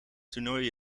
toernooi